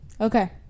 Okay